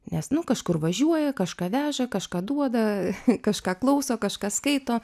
nes nu kažkur važiuoja kažką veža kažką duoda kažką klauso kažką skaito